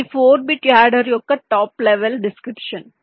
ఇది 4 bit adder యొక్క top level description